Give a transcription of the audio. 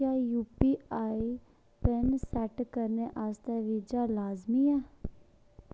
क्या UPI pin set करने आस्तै वीज़ा लाजमी ऐ